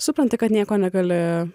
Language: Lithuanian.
supranti kad nieko negali